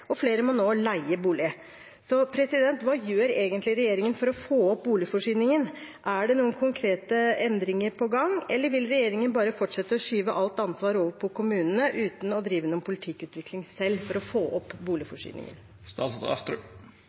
og flere må nå leie bolig. Hva gjør egentlig regjeringen for å få opp boligforsyningen? Er det noen konkrete endringer på gang, eller vil regjeringen bare fortsette å skyve alt ansvar over på kommunene uten å drive noen politikkutvikling selv for å få opp boligforsyningen?